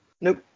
nope